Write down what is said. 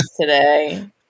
today